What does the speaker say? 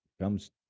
comes